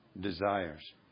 desires